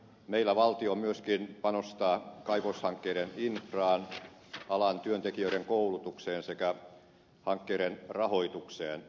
meillä valtio myöskin panostaa kaivoshankkeiden infraan alan työntekijöiden koulutukseen sekä hankkeiden rahoitukseen